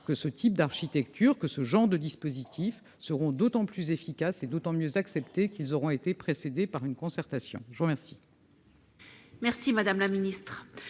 que ce type d'architecture que ce genre de dispositif seront d'autant plus efficace et d'autant mieux acceptée qu'ils auront été précédée par une concertation, je vous remercie.